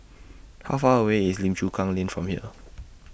How Far away IS Lim Chu Kang Lane from here